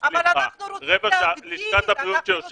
אנחנו לגמרי מסכימים וזה כן מקדם אותנו כי בסופו של דבר דיברת על הלחץ,